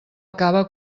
acaba